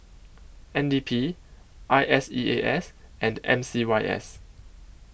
N D P I S E A S and M C Y S